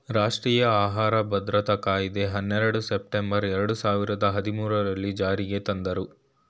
ರಾಷ್ಟ್ರೀಯ ಆಹಾರ ಭದ್ರತಾ ಕಾಯಿದೆ ಹನ್ನೆರಡು ಸೆಪ್ಟೆಂಬರ್ ಎರಡು ಸಾವಿರದ ಹದ್ಮೂರಲ್ಲೀ ಜಾರಿಗೆ ತಂದ್ರೂ